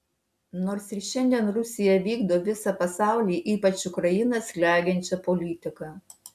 nors ir šiandien rusija vykdo visą pasaulį ypač ukrainą slegiančią politiką